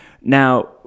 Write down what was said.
Now